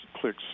clicks